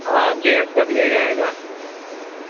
ہاں بریب کر لیا جائے گا